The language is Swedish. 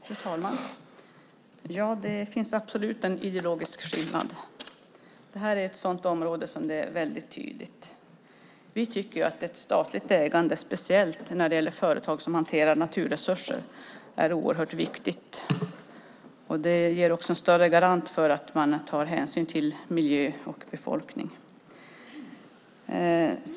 Fru talman! Det finns absolut en ideologisk skillnad. Det här är ett sådant område där det är väldigt tydligt. Vi tycker att statligt ägande, speciellt när det gäller företag som hanterar naturresurser, är oerhört viktigt. Det ger också en större garanti för att man tar hänsyn till miljö och befolkning.